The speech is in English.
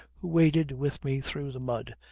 who waded with me through the mud,